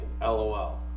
lol